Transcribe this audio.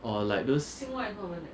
or like those